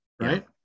Right